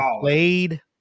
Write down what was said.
played